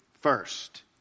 first